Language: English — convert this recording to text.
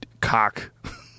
cock